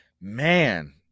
Man